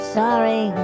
sorry